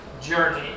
journey